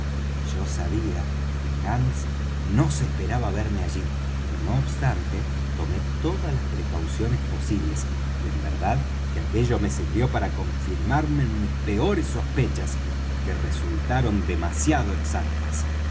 yo sabía que hands no se esperaba verme allí pero no obstante tomé todas las precauciones posibles y en verdad que aquello me sirvió para confirmarme en mis peores sospechas que resultaron demasiado exactas